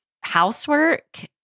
housework